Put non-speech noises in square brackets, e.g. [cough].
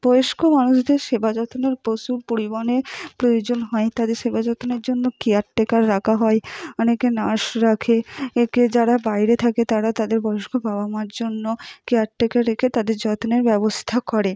বয়স্ক মানুষদের সেবা যত্নর প্রচুর পরিমাণে প্রয়োজন হয় তাদের সেবা যত্নের জন্য কেয়ারটেকার রাখা হয় অনেকে নার্স রাখে একে [unintelligible] যারা বাইরে থাকে তারা তাদের বয়স্ক বাবা মার জন্য কেয়ারটেকার রেখে তাদের যত্নের ব্যবস্থা করে